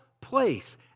place